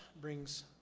brings